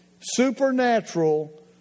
Supernatural